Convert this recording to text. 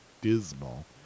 dismal